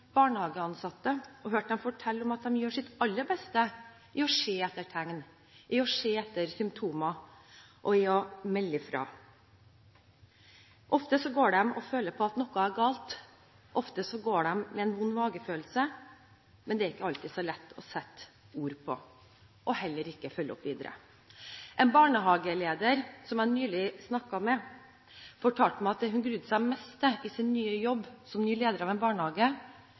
barnehageansatte som forteller at de gjør sitt aller beste for å se etter tegn, se etter symptomer og melde fra. Ofte går de og føler på at noe er galt, og de går med en vond magefølelse, men det er ikke alltid så lett å sette ord på det og heller ikke å følge opp videre. En barnehageleder som jeg nylig snakket med, fortalte meg at det hun gruet seg mest til i sin nye jobb som leder av en barnehage,